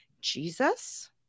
Jesus